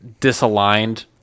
disaligned